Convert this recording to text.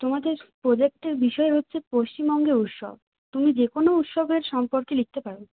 তোমাদের প্রোজেক্টের বিষয় হচ্ছে পশ্চিমবঙ্গের উৎসব তুমি যে কোনো উৎসবের সম্পর্কে লিখতে পারো